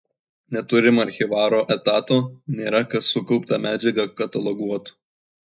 neturim archyvaro etato nėra kas sukauptą medžiagą kataloguotų